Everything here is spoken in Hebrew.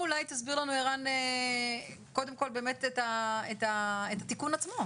תסביר לנו ערן את התיקון עצמו